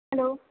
hello